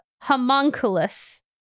Homunculus